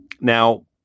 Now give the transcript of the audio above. Now